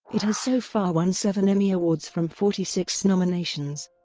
it has so far won seven emmy awards from forty six nominations.